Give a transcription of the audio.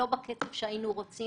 לא בקצב שהיינו רוצים,